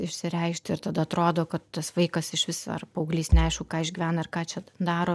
išsireikšti ir tada atrodo kad tas vaikas iš vis ar paauglys neaišku ką išgyvena ir ką čia daro